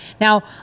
now